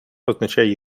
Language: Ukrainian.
означає